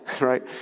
right